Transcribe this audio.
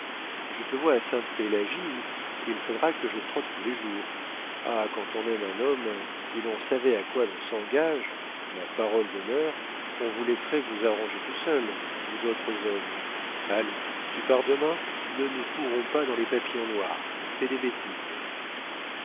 je te vois à sainte-pélagie où il faudra que je trotte tous les jours ah quand on aime un homme si l'on savait à quoi l'on s'engage ma parole d'honneur on vous laisserait vous arranger tout seuls vous autres hommes allons tu pars demain ne nous fourrons pas dans les papillons noirs c'est des bêtises